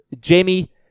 Jamie